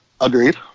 Agreed